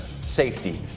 safety